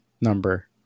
number